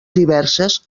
diverses